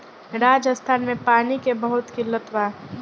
राजस्थान में पानी के बहुत किल्लत बा